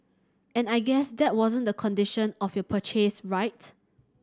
and I guess that wasn't the condition of your purchase right